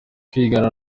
kwigana